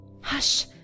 Hush